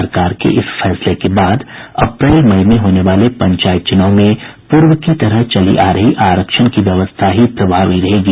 सरकार के इस फैसले के बाद अप्रैल मई में होने वाले पंचायत चुनाव में पूर्व की तरह चली आ रही आरक्षण व्यवस्था ही प्रभावी रहेगी